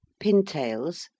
pintails